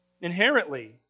inherently